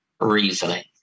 reasoning